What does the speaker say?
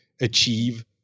achieve